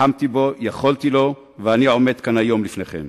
לחמתי בו, יכולתי לו, ואני עומד כאן היום לפניכם.